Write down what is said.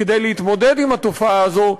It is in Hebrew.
כדי להתמודד עם התופעה הזאת,